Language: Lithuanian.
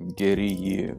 geri jį